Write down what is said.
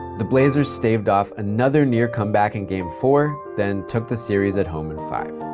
the blazers staved off another near comeback in game four, then took the series at home in five.